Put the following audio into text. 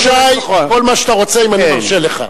אתה רשאי כל מה שאתה רוצה אם אני מרשה לך.